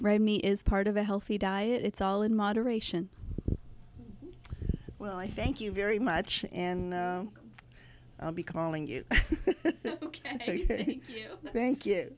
write me is part of a healthy diet it's all in moderation well i thank you very much and i'll be calling you thank you